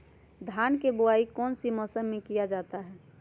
धान के बोआई कौन सी मौसम में किया जाता है?